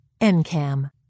NCAM